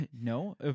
No